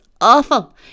awful